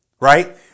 Right